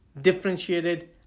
differentiated